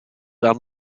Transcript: aan